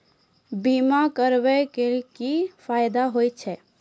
बीमा करबै के की फायदा होय छै?